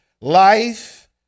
Life